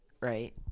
Right